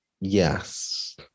yes